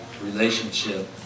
relationship